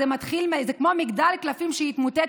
זה כמו מגדל קלפים שיתמוטט.